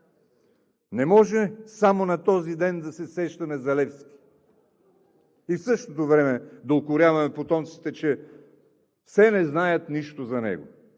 Не може само на този ден да се сещаме за Левски и в същото време да укоряваме потомците, че все не знаят нищо за него,